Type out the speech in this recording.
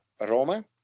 Roma